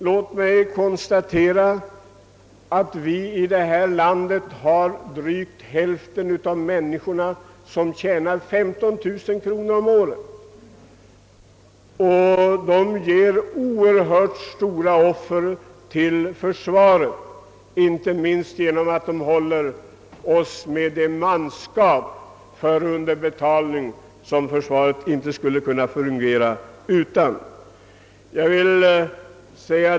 Låt mig konstatera att drygt hälften av människorna i Sverige tjänar under 15 000 kronor om året, och dessa människor gör ofta stora offer för försvaret — inte minst därför att de håller oss med det manskap med underbetalning förutan vilket försvaret inte skulle kunna fungera.